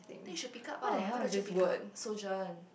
then you should pick up ah why don't you pick up